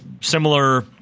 similar